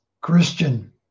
Christian